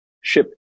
ship